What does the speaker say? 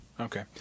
Okay